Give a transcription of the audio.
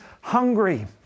hungry